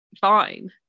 fine